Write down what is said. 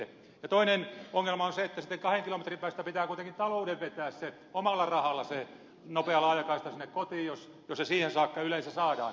ja toinen ongelma on se että sitten kahden kilometrin päästä pitää kuitenkin talouden vetää omalla rahalla se nopea laajakaista sinne kotiin jos se siihen saakka yleensä saadaan